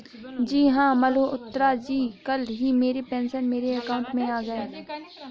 जी हां मल्होत्रा जी कल ही मेरे पेंशन मेरे अकाउंट में आ गए